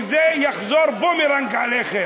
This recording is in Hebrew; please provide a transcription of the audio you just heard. וזה יחזור כבומרנג עליכם.